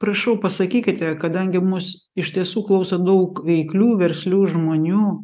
prašau pasakykite kadangi mus iš tiesų klauso daug veiklių verslių žmonių